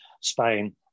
spain